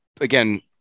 again